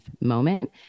moment